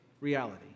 reality